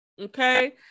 okay